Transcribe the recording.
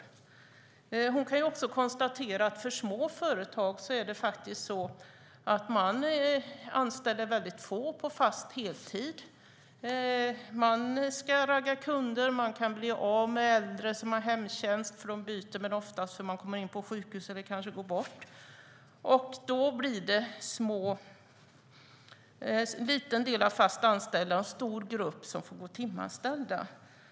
Törnquist kan också konstatera att små företag anställer väldigt få på fast heltid. Man ska ragga kunder, man kan bli av med äldre som har hemtjänst för att de byter men oftast för att de hamnar på sjukhus eller kanske går bort. Då blir det en liten del fast anställda och en stor del timanställda.